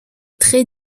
très